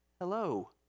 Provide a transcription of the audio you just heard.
Hello